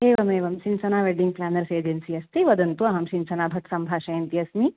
एवमेवं Sinchana wedding planners agency अस्ति वदन्तु अहं सिञ्चना भट् सम्भाषयन्ती अस्मि